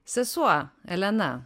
sesuo elena